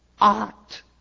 art